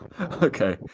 Okay